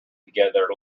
together